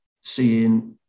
seeing